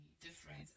different